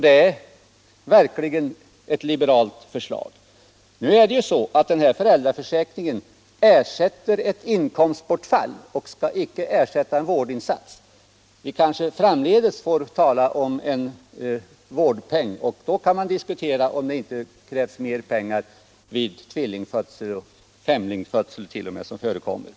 Det är verkligen ett liberalt förslag. Men nu är det så att den här föräldraförsäkringen ersätter ett inkomstbortfall. Den skall icke ersätta en vårdinsats. Vi får kanske framdeles tala om en vårdpenning, och då kan man diskutera om det inte krävs mer pengar vid tvillingfödsel och t.o.m. femlingsfödsel, som också förekommer.